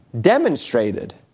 demonstrated